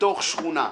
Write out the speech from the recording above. מתוך 'שכונה':